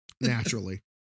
naturally